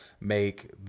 make